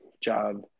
job